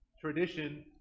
tradition